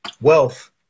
Wealth